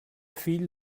fill